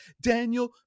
Daniel